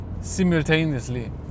simultaneously